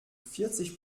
vierzig